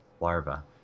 Larva